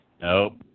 Nope